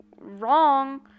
wrong